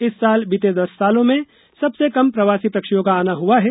इस साल बीते दस सालों में सबसे कम प्रवासी पक्षियों का आना हुआ है